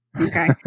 Okay